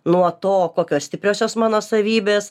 nuo to kokios stipriosios mano savybės